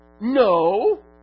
No